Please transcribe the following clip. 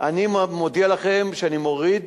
אני מודיע לכם שאני מוריד